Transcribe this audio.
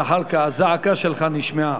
זחאלקה, הזעקה שלך נשמעה.